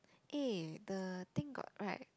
eh the thing got right